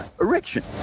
erection